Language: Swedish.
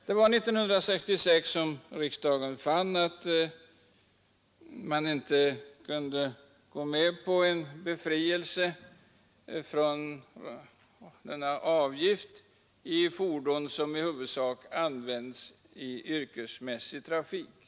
Det var år 1966 som riksdagen fann att man inte kunde gå med på slopande av bilradiolicens för fordon som i huvudsak användes i yrkesmässig trafik.